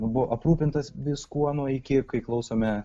buvau aprūpintas viskuo nuo iki kai klausome